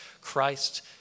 Christ